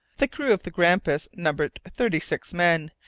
the crew of the grampus numbered thirty-six men,